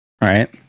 right